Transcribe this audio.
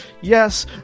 Yes